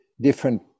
different